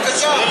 אז בבקשה.